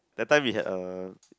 that time we had a